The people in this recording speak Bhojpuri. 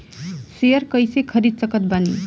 शेयर कइसे खरीद सकत बानी?